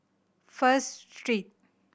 First Street